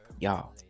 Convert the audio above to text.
Y'all